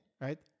right